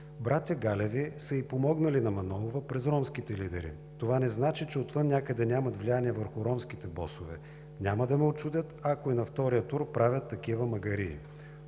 „Братя Галеви са ѝ помогнали на Манолова през ромските лидери. Това не значи, че от това някъде нямат влияние върху ромските босове. Няма да ме учудят, ако и на втория тур правят такива магарии“